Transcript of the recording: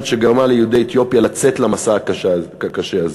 שגרמה ליהודי אתיופיה לצאת למסע הקשה הזה.